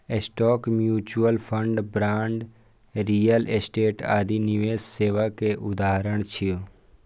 stock, mutual fund, bond, real estate आदि निवेश सेवा के उदाहरण छियै